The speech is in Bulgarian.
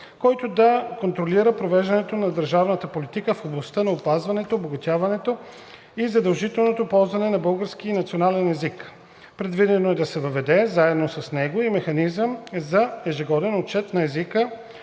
който да контролира провеждането на държавната политика в областта на опазването, обогатяването и задължителното ползване на българския като национален език. Предвидено е да се въведе заедно с него и механизъм за ежегоден отчет на езика